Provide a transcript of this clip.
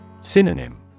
Synonym